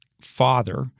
father—